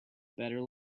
better